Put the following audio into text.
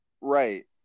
Right